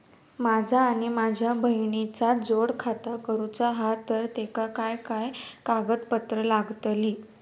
माझा आणि माझ्या बहिणीचा जोड खाता करूचा हा तर तेका काय काय कागदपत्र लागतली?